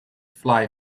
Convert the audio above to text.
fly